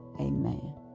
amen